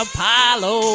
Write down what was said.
Apollo